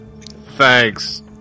thanks